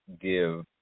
give